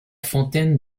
fontaine